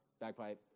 bagpipe